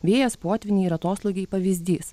vėjas potvyniai ir atoslūgiai pavyzdys